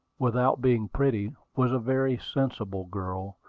without being pretty, was a very sensible girl,